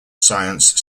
science